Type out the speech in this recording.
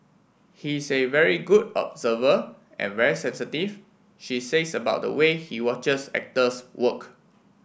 he is a very good observer and very sensitive she says about the way he watches actors work